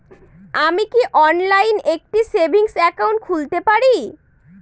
আমি কি অনলাইন একটি সেভিংস একাউন্ট খুলতে পারি?